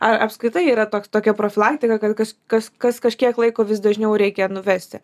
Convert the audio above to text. ar apskritai yra toks tokia profilaktika kad kas kas kas kažkiek laiko vis dažniau reikia nuvesti